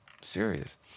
Serious